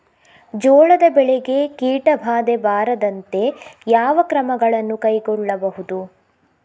ಜೋಳದ ಬೆಳೆಗೆ ಕೀಟಬಾಧೆ ಬಾರದಂತೆ ಯಾವ ಕ್ರಮಗಳನ್ನು ಕೈಗೊಳ್ಳಬಹುದು?